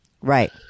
right